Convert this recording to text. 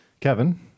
Kevin